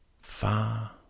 far